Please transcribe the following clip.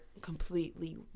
completely